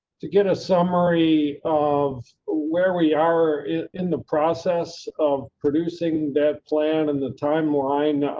to get a summary of where we are in the process of producing that plan and the timeline.